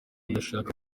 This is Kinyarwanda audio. adashaka